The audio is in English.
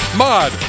mod